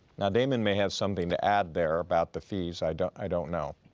now, damon may have something to add there about the fees, i don't i don't know.